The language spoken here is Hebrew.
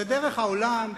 זו דרך העולם.